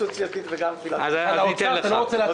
על האוצר אתה לא רוצה להצביע?